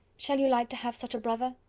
shall you like to have such a brother?